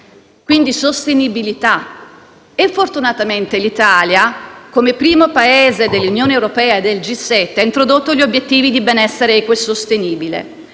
Quindi, sostenibilità; e fortunatamente l'Italia, come primo Paese dell'Unione europea e del G7 ha introdotto gli obiettivi di benessere equo e sostenibile